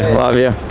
love you.